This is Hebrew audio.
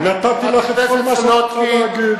נתתי לך את כל מה שאת רוצה, להגיד.